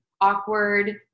awkward